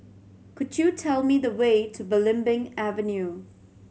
could you tell me the way to Belimbing Avenue